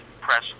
press